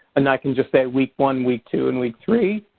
and i can just say week one, week two and week three.